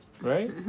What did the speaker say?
Right